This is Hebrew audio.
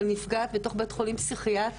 של נפגעת בתוך בית חולים פסיכיאטרי.